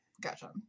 Gotcha